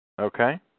Okay